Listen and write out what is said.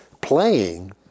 playing